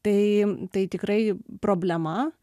tai tai tikrai problema